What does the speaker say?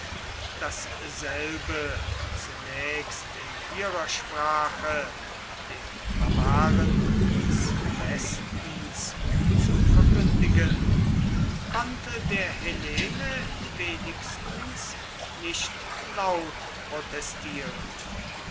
dasselbe zunächst in ihrer sprache den barbaren des westens zu verkündigen konnte der hellene wenigstens nicht laut protestieren